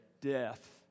death